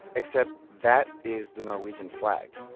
except that is the norwegian flag.